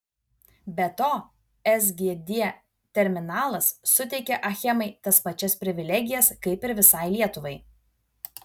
be to sgd terminalas suteikia achemai tas pačias privilegijas kaip ir visai lietuvai